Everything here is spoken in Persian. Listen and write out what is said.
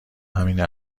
همین